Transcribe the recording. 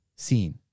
Seen